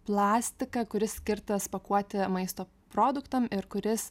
plastiką kuris skirtas pakuoti maisto produktam ir kuris